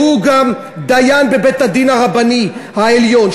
שהוא גם דיין בבית-הדין הרבני העליון,